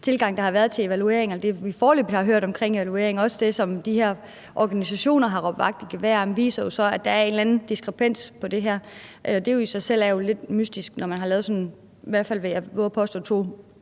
tilgang, der har været, til evalueringerne. Det, vi foreløbig har hørt om evalueringerne – også det, som de her organisationer har råbt vagt i gevær om – viser jo så, at der er en eller anden diskrepans i det her. Det i sig selv er jo lidt mystisk, når man har lavet sådan, vil jeg i hvert fald vove at påstå, to